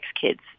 kids